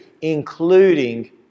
including